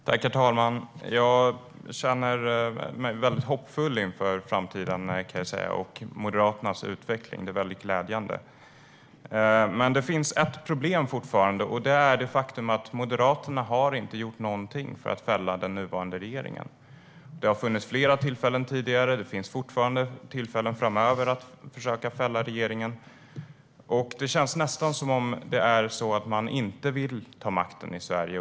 Herr talman! Jag känner mig väldigt hoppfull inför framtiden och Moderaternas utveckling, kan jag säga. Det är väldigt glädjande. Det finns dock ett problem fortfarande, och det är det faktum att Moderaterna inte har gjort någonting för att fälla den nuvarande regeringen. Det har funnits flera tillfällen tidigare, och det finns tillfällen framöver för att försöka fälla regeringen. Det känns nästan som om det är så att man inte vill ta makten i Sverige.